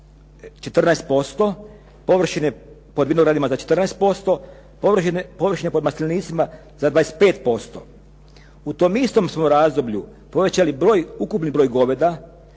14% površine pod vinogradima za 14%, površine pod maslenicima za 25%. U tom istom smo razdoblju povećali broj, ukupni broj goveda,